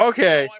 Okay